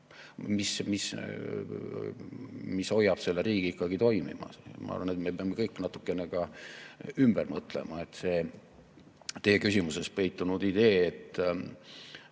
mis hoiab selle riigi ikkagi toimimas. Ma arvan, et me peame kõik natukene ümber mõtlema ka selle teie küsimuses peitunud idee, et